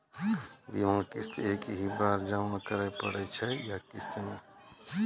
बीमा किस्त एक ही बार जमा करें पड़ै छै या किस्त मे?